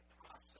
process